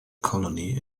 colony